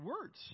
words